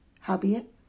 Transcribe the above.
Howbeit